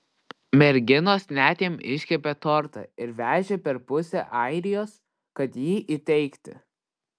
merginos net jam iškepė tortą ir vežė per pusę airijos kad jį įteikti